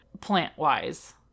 plant-wise